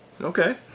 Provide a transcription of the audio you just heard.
okay